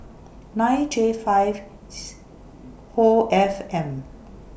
nine J five O F M